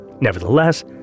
Nevertheless